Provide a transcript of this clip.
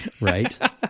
Right